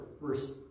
verse